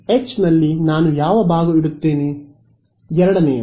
ವಿದ್ಯಾರ್ಥಿ ಎರಡನೇಯದು